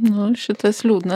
nu šitas liūdnas